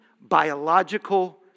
biological